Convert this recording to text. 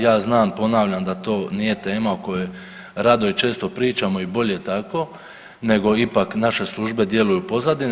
Ja znam, ponavljam da to nije tema o kojoj rado i često pričamo i bolje tako nego ipak naše službe djeluju u pozadini.